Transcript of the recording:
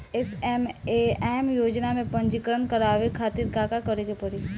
SMAM योजना में पंजीकरण करावे खातिर का का करे के पड़ी?